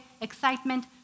excitement